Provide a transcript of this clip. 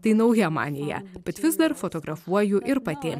tai nauja manija bet vis dar fotografuoju ir pati